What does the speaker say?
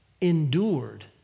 endured